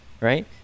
right